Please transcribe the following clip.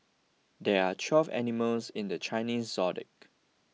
there are twelve animals in the Chinese zodiac